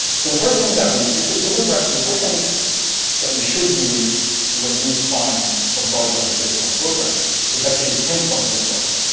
so, the first thing that we it's it's a good practice. the first thing that we should do when we find a bug like this in our program is actually pinpoint this bug.